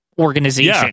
organization